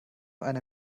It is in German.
einer